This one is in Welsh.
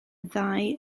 ddau